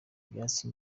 ibyatsi